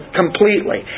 completely